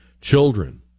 children